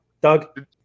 Doug